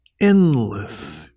endless